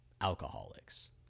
alcoholics